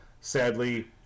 Sadly